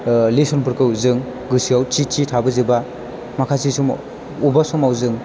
lesson फोरखौ जों गोसोआव थि थि थाबोजोबा माखासे समाव अबेबा समाव जों